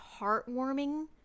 heartwarming